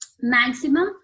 maximum